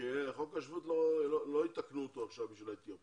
כי לא יתקנו עכשיו את חוק השבות בשביל האתיופים.